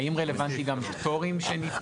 האם רלוונטי גם פטורים?